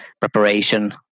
preparation